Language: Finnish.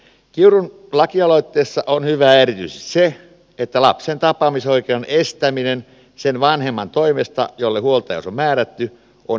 kiurun lakialoitteessa on hyvää erityisesti se että lapsen tapaamisoikeuden estäminen sen vanhemman toimesta jolle huoltajuus on määrätty on helppo todentaa